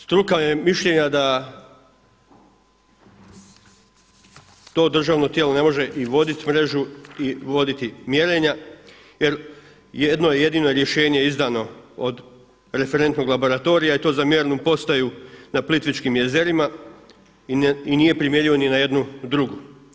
Struka je mišljenja da to državno tijelo ne može i voditi mrežu i voditi mjerenja jer jedno je jedino rješenje izdano od referentnog laboratorija i to za Mjernu postaju na Plitvičkim jezerima i nije primjenjivo ni na jednu drugu.